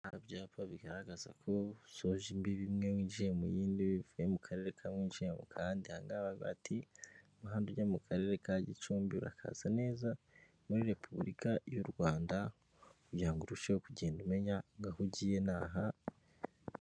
Nta byapa bigaragaza ko ushoje imbibi imwe winjiye mu yindi bivuye mu karere kamwe winjiye mu kandi. Ahangaha baravuga bari umuhanda ujya mu karere ka gicumbi urakaza neza muri Repubulika y'u Rwanda kugirango urusheho kugenda umenya aho ugiye n'aha...,.